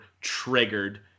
triggered